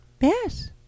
Yes